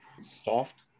soft